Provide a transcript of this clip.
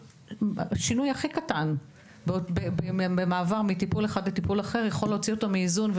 שינוי הכי קטן במעבר מטיפול אחד לאחר יכול להוציא אותו מאיזון,